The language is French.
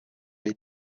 les